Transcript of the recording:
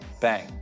bang